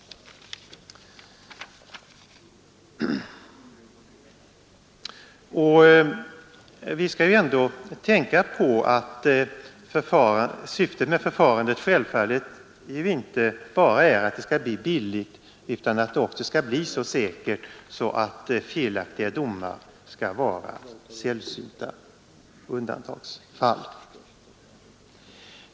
Vi skall ju ändå tänka på att syftet med förfarandet självfallet inte bara är att det skall bli billigt utan att det också skall bli så säkert att felaktiga domar skall vara sällsynta undantagsfall.